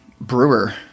Brewer